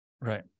Right